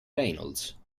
reynolds